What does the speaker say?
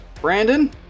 Brandon